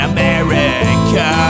America